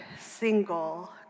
single